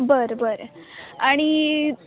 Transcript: बरं बरं आणि